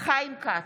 חיים כץ,